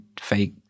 fake